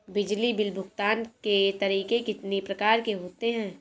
बिजली बिल भुगतान के तरीके कितनी प्रकार के होते हैं?